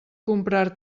comprar